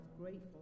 grateful